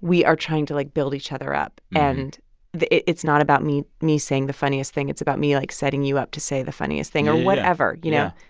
we are trying to, like, build each other up. and it's not about me me saying the funniest thing. it's about me, like, setting you up to say the funniest thing or whatever, you know?